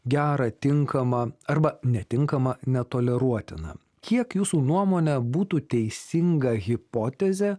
gera tinkama arba netinkama netoleruotina kiek jūsų nuomone būtų teisinga hipotezė